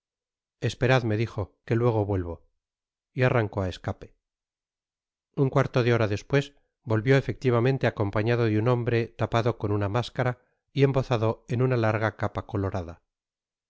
silla esperadme dijo que luego vuelvo y arrancó á escape un cuarto de hora despues volvió efectivamente acompañado de un hombre tapado con una máscara y embozado en una larga capa colorada